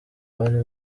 bari